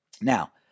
Now